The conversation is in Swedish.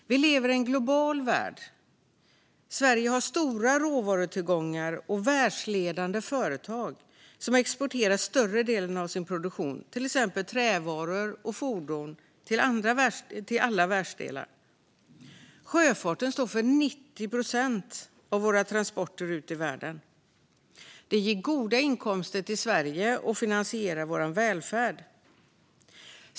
Vi lever i en global värld. Sverige har stora råvarutillgångar och världsledande företag som exporterar större delen av sin produktion, till exempel trävaror och fordon, till alla världsdelar. Sjöfarten står för 90 procent av våra transporter ut i världen. Detta ger goda inkomster till Sverige och finansierar vår välfärd.